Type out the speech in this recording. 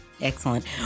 Excellent